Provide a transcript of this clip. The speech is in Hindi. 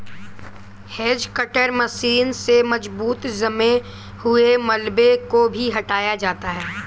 हेज कटर मशीन से मजबूत जमे हुए मलबे को भी हटाया जाता है